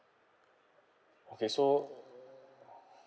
okay so